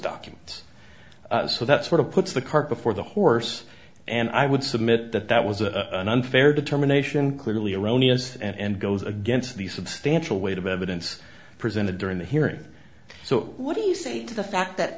documents so that sort of puts the cart before the horse and i would submit that that was a an unfair determination clearly erroneous and goes against the substantial weight of evidence presented during the hearings so what do you say to the fact that